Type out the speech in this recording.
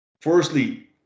Firstly